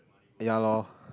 ya lor